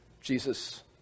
Jesus